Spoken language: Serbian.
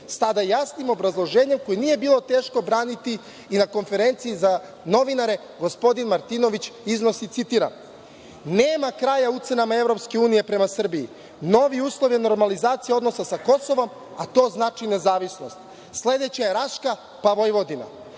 EU sa jasnim obrazloženjem koje nije bilo teško braniti. Na konferenciji za novinare gospodin Martinović iznosi, citiram – nema kraja ucenama EU prema Srbiji, novi uslov je normalizacija odnosa sa Kosovom, a to znači nezavisnost, sledeća je Raška, pa Vojvodina.